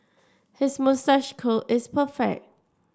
his moustache curl is perfect